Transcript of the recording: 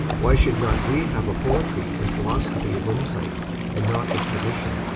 why should not we have a poetry and philosophy of insight and not of tradition,